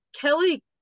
kelly